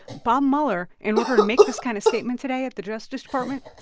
bob mueller, in order to make this kind of statement today at the justice department,